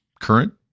current